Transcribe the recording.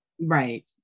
Right